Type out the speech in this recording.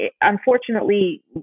unfortunately